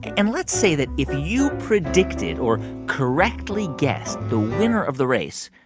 and let's say that if you predicted or correctly guessed the winner of the race,